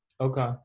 Okay